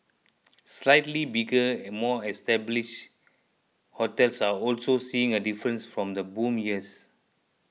slightly bigger and more establish hotels are also seeing a difference from the boom years